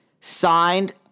signed